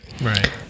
Right